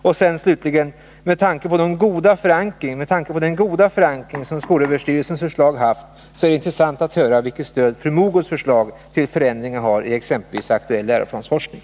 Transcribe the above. Till sist: Med tanke på den goda förankring som SÖ:s förslag haft vore det också intressant att höra vilket stöd fru Mogårds förslag till förändringar har i exempelvis aktuell läroplansforskning.